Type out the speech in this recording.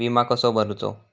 विमा कसो भरूचो?